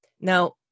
Now